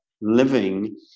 living